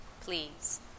Please